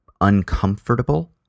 uncomfortable